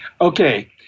Okay